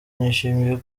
nishimiye